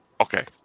Okay